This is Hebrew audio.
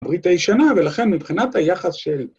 ‫ברית הישנה, ולכן מבחינת היחס של...